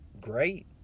great